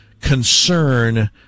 concern